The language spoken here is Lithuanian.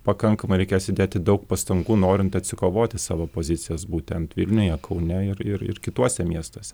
pakankamai reikės įdėti daug pastangų norint atsikovoti savo pozicijas būtent vilniuje kaune ir ir kituose miestuose